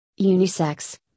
Unisex